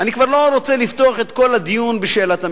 אני לא רוצה לפתוח את כל הדיון בשאלת המילואים,